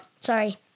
sorry